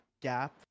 gap